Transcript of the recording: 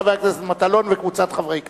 חבר הכנסת מטלון וקבוצת חברי כנסת.